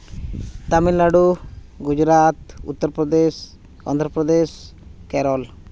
Tamil Nadu Gujarat Uttar Pradesh Andhra Pradesh Kerala